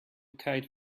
kite